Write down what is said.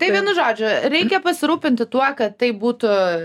tai vienu žodžiu reikia pasirūpinti tuo kad tai būtų